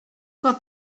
got